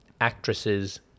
actresses